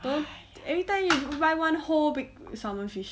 then every time you buy one whole big salmon fish